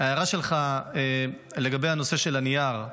ההערה שלך לגבי הנושא של הנייר,